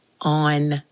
on